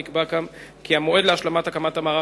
נקבע גם כי המועד להשלמת הקמת המערך